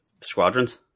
Squadrons